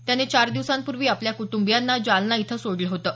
त्याने चार दिवसांपूर्वी आपल्या कुटुंबियांना जालना इथं सोडलं होतं